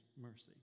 mercy